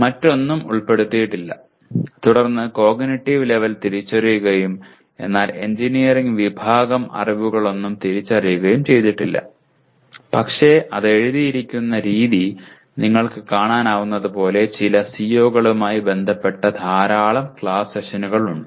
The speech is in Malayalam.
മറ്റൊന്നും ഉൾപ്പെടുത്തിയിട്ടില്ല തുടർന്ന് കോഗ്നിറ്റീവ് ലെവൽ തിരിച്ചറിയുകയും എന്നാൽ എഞ്ചിനീയറിംഗ് വിഭാഗം അറിവുകളൊന്നും തിരിച്ചറിയുകയും ചെയ്തിട്ടില്ല പക്ഷേ അത് എഴുതിയിരിക്കുന്ന രീതി നിങ്ങള്ക്ക് കാണാനാവുന്നപോലെ ചില CO കളുമായി ബന്ധപ്പെട്ട ധാരാളം ക്ലാസ് സെഷനുകൾ ഉണ്ട്